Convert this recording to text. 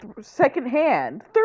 second-hand